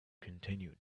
continued